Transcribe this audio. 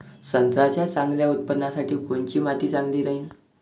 संत्र्याच्या चांगल्या उत्पन्नासाठी कोनची माती चांगली राहिनं?